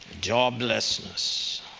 joblessness